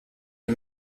des